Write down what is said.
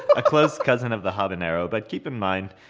a close cousin of the habanero. but keep in mind,